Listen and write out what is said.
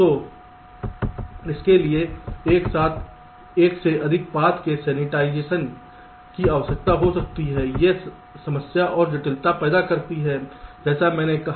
तो इसके लिए एक साथ एक से अधिक पथ के सैनिटाइजेशन की आवश्यकता हो सकती है ये समस्याएं और जटिलताएँ पैदा करती हैं जैसा मैंने अभी कहा